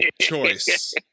choice